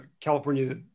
California